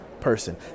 person